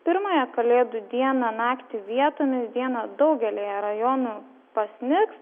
pirmąją kalėdų dieną naktį vietomis dieną daugelyje rajonų pasnigs